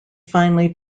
finally